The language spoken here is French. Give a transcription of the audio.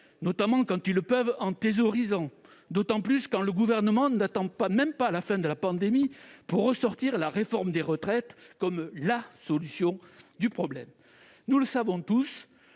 thésaurisant quand ils le peuvent, d'autant plus quand le Gouvernement n'attend même pas la fin de la pandémie pour ressortir la réforme des retraites comme « la » solution au problème ? Nous le savons tous,